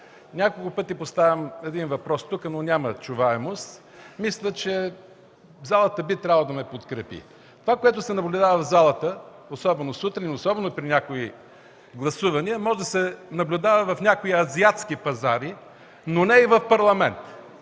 Няколко пъти поставям тук един въпрос, но няма чуваемост. Мисля, че залата би трябвало да ме подкрепи. Това, което се наблюдава в залата, особено сутрин и особено при някои гласувания, може да се наблюдава в някои азиатски пазари, но не и в Парламент.